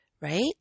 right